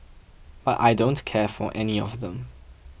but I don't care for any of them